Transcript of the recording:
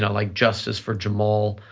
and like justice for jamal,